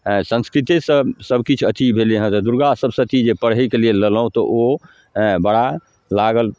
ए संस्कृतेसँ सबकिछु अथी भेलै हँ तऽ दुर्गा सप्तशती जे पढ़ैके लेल लेलहुँ तऽ ओ हेँ बड़ा लागल